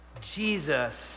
Jesus